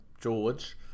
George